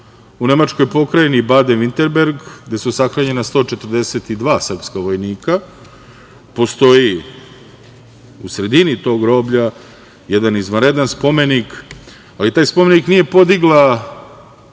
u nemačkoj pokrajini Baden Virtemberg, gde su sahranjena 142 srpska vojnika postoji u sredini tog groblja jedan izvanredan spomenik, ali taj spomenik nije podigla